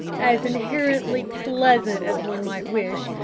as inherently pleasant as one might wish.